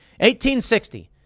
1860